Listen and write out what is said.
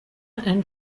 and